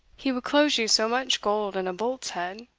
he will close you so much gold in a bolt's head,